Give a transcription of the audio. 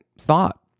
thought